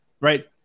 right